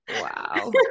wow